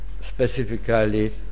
specifically